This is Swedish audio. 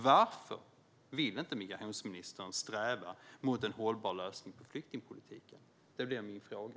Varför vill inte migrationsministern sträva mot en hållbar lösning av flyktingpolitiken? Det är min fråga.